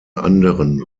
anderen